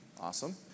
Awesome